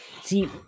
See